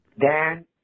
Dan